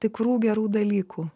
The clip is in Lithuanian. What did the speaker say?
tikrų gerų dalykų